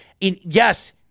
Yes